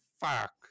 fuck